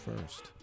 first